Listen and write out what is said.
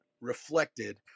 reflected